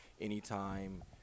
anytime